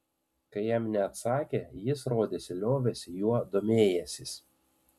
kai jam neatsakė jis rodėsi liovėsi juo domėjęsis